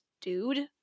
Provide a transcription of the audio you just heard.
dude